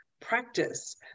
practice